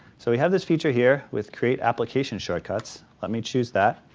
so we have this feature here with create application shortcuts. let me choose that.